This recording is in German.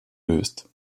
löst